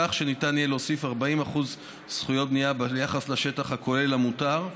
כך שניתן יהיה להוסיף 40% זכויות בנייה ביחס לשטח הכולל המותר,